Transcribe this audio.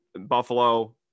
Buffalo